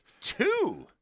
Two